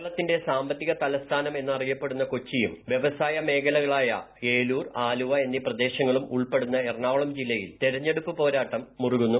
കേരളത്തിന്റെ സാമ്പത്തിക തലസ്ഥാനം എന്നറിയപ്പെടുന്ന കൊച്ചിയും വൃവസായ മേഖലകളായ ഏലൂർ ആലുവ എന്നീ പ്രദേശങ്ങളും ഉൾപ്പെടുന്ന എറണാകുളം ജില്ലയിൽ തെരഞ്ഞെടുപ്പ് പോരാട്ടം മുറുകുന്നു